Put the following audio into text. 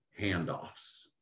handoffs